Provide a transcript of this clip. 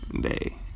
Day